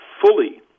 fully